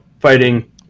fighting